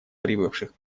прибывших